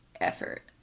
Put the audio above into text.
effort